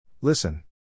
Listen